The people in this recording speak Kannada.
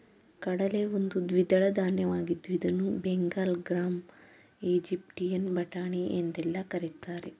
ಕಡಲೆ ಒಂದು ದ್ವಿದಳ ಧಾನ್ಯವಾಗಿದ್ದು ಇದನ್ನು ಬೆಂಗಲ್ ಗ್ರಾಂ, ಈಜಿಪ್ಟಿಯನ್ ಬಟಾಣಿ ಎಂದೆಲ್ಲಾ ಕರಿತಾರೆ